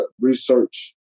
research